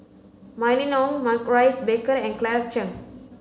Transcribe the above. Mylene Ong Maurice Baker and Claire Chiang